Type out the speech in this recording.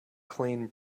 clean